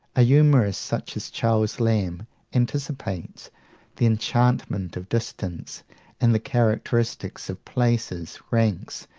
a humourist such as charles lamb anticipates the enchantment of distance and the characteristics of places, ranks,